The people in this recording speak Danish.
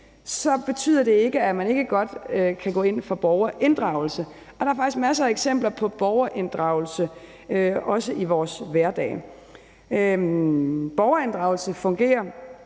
betyder det ikke, at man ikke godt kan gå ind for borgerinddragelse. Der er faktisk masser af eksempler på borgerinddragelse, også i vores hverdag. Borgerinddragelse fungerer